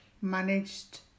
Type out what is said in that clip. managed